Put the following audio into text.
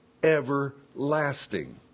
everlasting